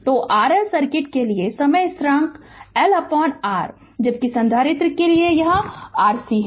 तो RL circuit के लिए समय स्थिरांक L R है जबकि संधारित्र के लिए यह R C है